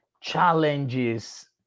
challenges